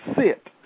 sit